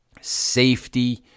safety